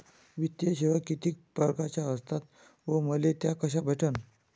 वित्तीय सेवा कितीक परकारच्या असतात व मले त्या कशा भेटन?